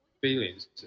feelings